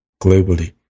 globally